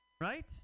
right